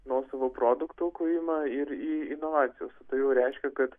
nuosavų produktų kūrimą ir į inovacijas o tai reiškia kad